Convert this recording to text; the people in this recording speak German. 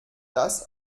das